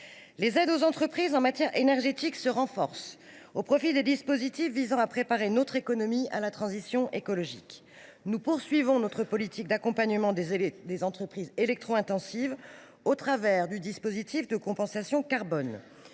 Les aides aux entreprises en matière énergétique sont renforcées au profit de dispositifs visant à préparer notre économie à la transition écologique. Nous poursuivons notre politique d’accompagnement des entreprises électro intensives au travers du dispositif de compensation carbone.